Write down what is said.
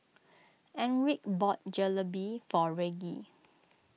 Enrique bought Jalebi for Reggie